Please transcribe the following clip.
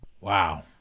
Wow